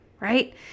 right